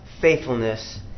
faithfulness